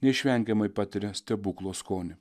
neišvengiamai patiria stebuklo skonį